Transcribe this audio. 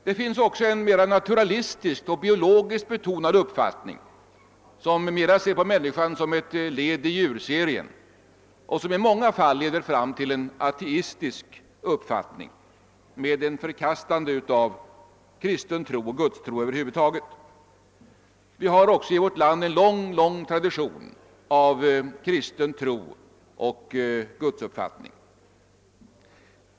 Det finns också en mera naturalistiskt och biologiskt betonad uppfattning som främst ser på människan som ett led i djurserien och som i många fall leder fram till en ateistisk uppfattning med förkastande av kristen tro och gudstro över huvud taget. Vi har också i vårt land en lång, lång tradition av kristen tro och gudsuppfattning.